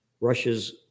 Russia's